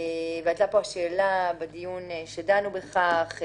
ביקשת שזה יהיה גורם בכיר